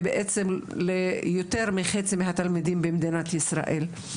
ובעצם ליותר מחצי מהתלמידים במדינת ישראל.